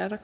I